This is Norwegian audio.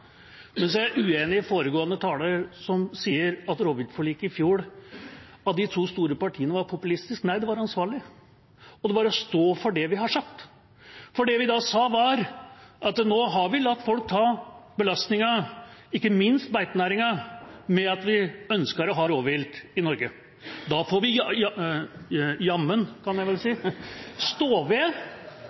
Men så er jeg uenig med foregående taler, som sier at rovviltforliket i fjor var populistisk av de to store partiene. Nei, det var ansvarlig, og det var å stå for det vi har sagt. Det vi sa da, var at nå har vi latt folk, ikke minst beitenæringen, ta belastningen med at vi ønsker å ha rovvilt i Norge, da får vi ja… – jammen, kan jeg vel si – stå ved